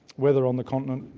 whether on the continent,